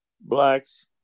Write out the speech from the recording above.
Blacks